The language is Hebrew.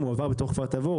הוא עבר בתוך כפר תבור,